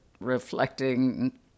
reflecting